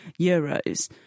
euros